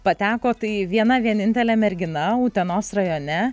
pateko tai viena vienintelė mergina utenos rajone